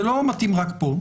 זה לא מתאים רק פה.